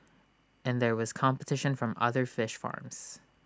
and there was competition from other fish farms